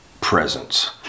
presence